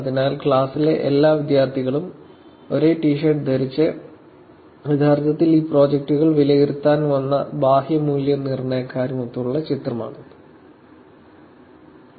അതിനാൽ ക്ലാസിലെ എല്ലാ വിദ്യാർത്ഥികളും ഒരേ ടി ഷർട്ട് ധരിച്ച് യഥാർത്ഥത്തിൽ ഈ പ്രോജക്ടുകൾ വിലയിരുത്താൻ വന്ന ബാഹ്യ മൂല്യനിർണ്ണയക്കാരുമൊത്തുള്ള ചിത്രമാണിത്